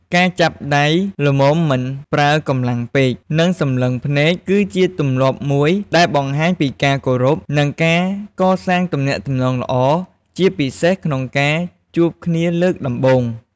ការចាប់ដៃ ល្មមមិនប្រើកម្លាំងពេក និងសម្លឹងភ្នែក គឺជាទម្លាប់មួយដែលបង្ហាញពីការគោរព និងការកសាងទំនាក់ទំនងល្អ ជាពិសេសក្នុងការជួបគ្នាលើកដំបូង។